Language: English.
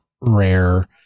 rare